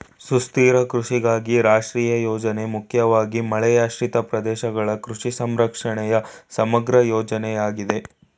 ಸುಸ್ಥಿರ ಕೃಷಿಗಾಗಿ ರಾಷ್ಟ್ರೀಯ ಯೋಜನೆ ಮುಖ್ಯವಾಗಿ ಮಳೆಯಾಶ್ರಿತ ಪ್ರದೇಶಗಳ ಕೃಷಿ ಸಂರಕ್ಷಣೆಯ ಸಮಗ್ರ ಯೋಜನೆಯಾಗಿದೆ